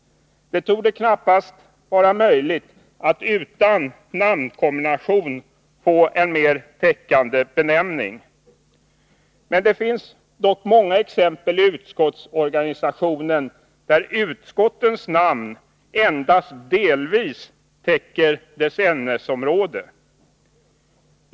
Det torde knappast vara möjligt att utan namnkombination få en mer täckande benämning. Det finns f. ö. i utskottsorganisationen många exempel på att ett utskotts namn endast delvis täcker dess ämnesområde.